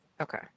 Okay